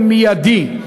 מיידית,